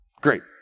Great